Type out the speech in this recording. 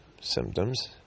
symptoms